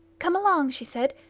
come along, she said,